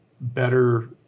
better